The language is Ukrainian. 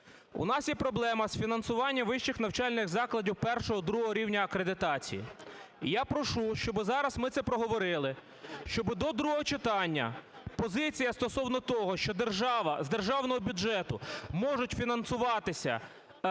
У нас є проблема з фінансуванням вищих навчальних закладів І-ІІ рівня акредитації. І я прошу, щоби зараз ми це проговорили, щоби до другого читання позиція стосовно того, що держава… з державного бюджету можуть фінансуватися